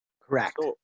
Correct